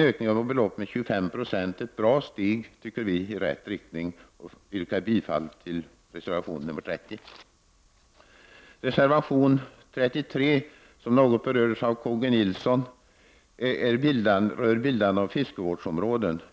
ökning av beloppet med 25 96 ett bra steg i rätt riktning. Jag yrkar bifall till reservation 30.